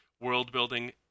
world-building